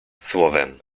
słowem